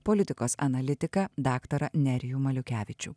politikos analitiką daktarą nerijų maliukevičių